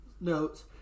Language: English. notes